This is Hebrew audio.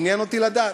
עניין אותי לדעת.